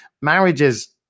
marriages